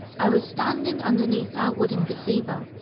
i was standing underneath our wooden gazebo,